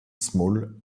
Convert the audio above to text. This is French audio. small